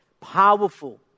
powerful